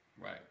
Right